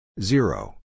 Zero